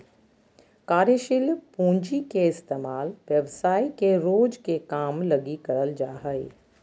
कार्यशील पूँजी के इस्तेमाल व्यवसाय के रोज के काम लगी करल जा हय